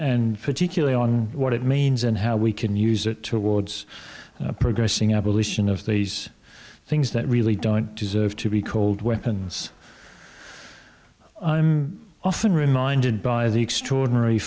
particularly on what it means and how we can use it to awards progressing abolition of these things that really don't deserve to be called weapons i'm often reminded by the extraordinary